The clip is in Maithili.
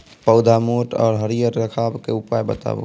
पौधा मोट आर हरियर रखबाक उपाय बताऊ?